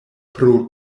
pro